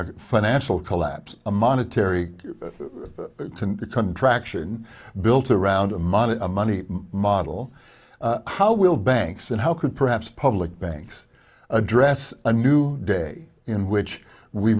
a financial collapse a monetary contraction built around amount of money model how will banks and how could perhaps public banks address a new day in which we